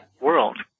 world